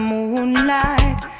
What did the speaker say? Moonlight